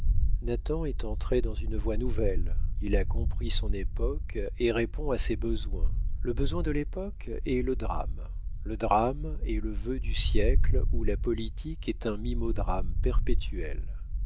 nathan est entré dans une voie nouvelle il a compris son époque et répond à ses besoins le besoin de l'époque est le drame le drame est le vœu du siècle où la politique est un mimodrame perpétuel